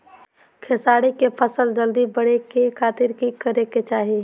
खेसारी के फसल जल्दी बड़े के खातिर की करे के चाही?